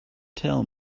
tell